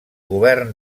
govern